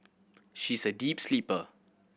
she's a deep sleeper